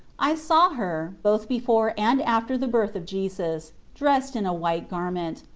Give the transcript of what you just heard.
i saw her, both before and after the birth of jesus, dressed in a white garment,